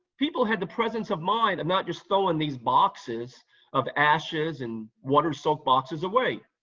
people had the presence of mind of not just throwing these boxes of ashes and water soaked boxes away.